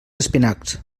espinacs